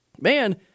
man